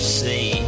see